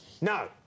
No